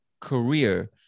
career